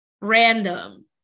random